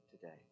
today